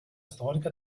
storica